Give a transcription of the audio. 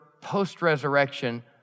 post-resurrection